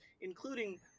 including